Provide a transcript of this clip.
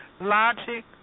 logic